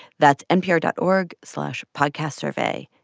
that's npr dot org slash podcastsurvey.